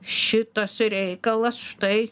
šitas reikalas štai